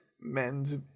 men's